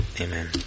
Amen